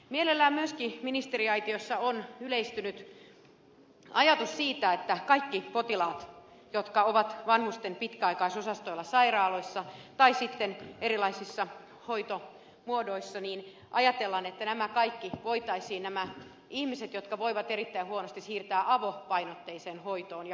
mielellään myöskin ministeriaitiossa on yleistynyt ajatus siitä että kaikki potilaat jotka ovat vanhusten pitkäaikaisosastoilla sairaaloissa tai erilaisissa hoitomuodoissa nämä kaikki ihmiset jotka voivat erittäin huonosti voitaisiin siirtää avopainotteiseen hoitoon ja kotiin